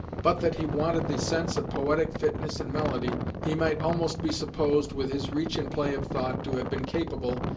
but that he wanted the sense of poetic fitness and melody, he might almost be supposed, with his reach and play of thought, to have been capable,